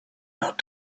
not